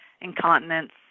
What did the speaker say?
incontinence